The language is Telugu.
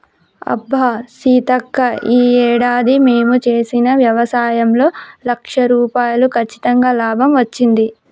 అబ్బా సీతక్క ఈ ఏడాది మేము చేసిన వ్యవసాయంలో లక్ష రూపాయలు కచ్చితంగా లాభం వచ్చింది